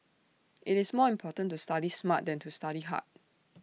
IT is more important to study smart than to study hard